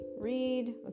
read